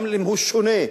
גם אם הוא שונה,